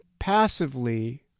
passively